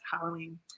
Halloween